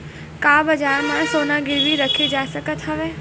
का बजार म सोना गिरवी रखे जा सकत हवय?